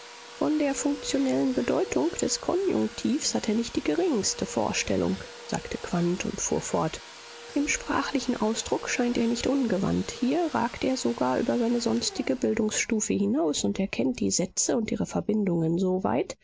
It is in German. von der funktionellen bedeutung des konjunktivs hat er nicht die geringste vorstellung sagte quandt und fuhr fort im sprachlichen ausdruck scheint er nicht ungewandt hier ragt er sogar über seine sonstige bildungsstufe hinaus und er kennt die sätze und ihre verbindungen